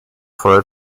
for